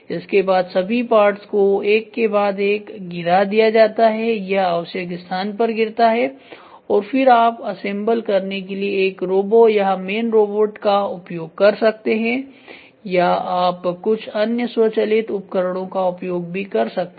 इसके बादसभी पार्ट्स को एक के बाद एक गिरा दिया जाता है यह आवश्यक स्थान पर गिरता है और फिर आप असेंबल करने के लिए एक रोबो या मैन रोबोट का उपयोग कर सकते हैं या आप कुछ अन्य स्वचालित उपकरणों का उपयोग भी कर सकते हैं